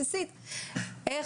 ב-2023.